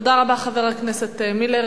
תודה רבה, חבר הכנסת מילר.